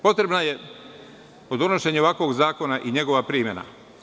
Potrebna je kod donošenja ovakvog zakona i njegova primena.